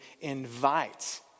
invites